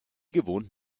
gewohnt